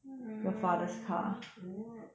mm